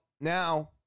Now